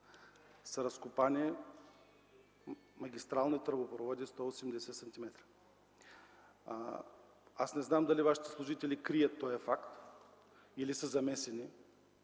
са разкопани магистрални тръбопроводи 180 см. Не знам дали Вашите служители крият този факт, или са замесени